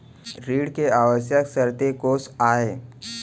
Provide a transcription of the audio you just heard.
ऋण के आवश्यक शर्तें कोस आय?